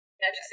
Magic